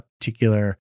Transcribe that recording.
particular